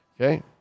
Okay